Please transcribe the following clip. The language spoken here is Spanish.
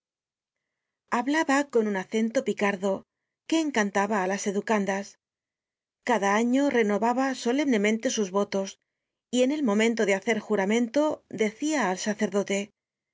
hablaba con un acento picardo que encantaba á las educandas cada año renovaba solemnemente sus votos y en el momento de hacer juramento decia al sacerdote